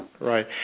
right